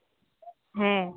ᱦᱮᱸ